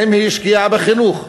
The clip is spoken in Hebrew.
האם היא השקיעה בחינוך?